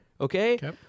Okay